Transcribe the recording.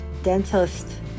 Dentist